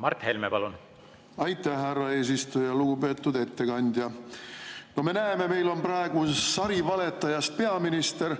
Mart Helme, palun! Aitäh, härra eesistuja! Lugupeetud ettekandja! No me näeme, et meil on praegu sarivaletajast peaminister,